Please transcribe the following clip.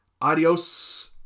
Adios